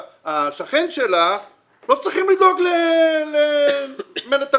השכן שלה: לא צריכים לדאוג ל"מלט הרטוב".